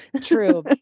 True